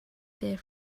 dear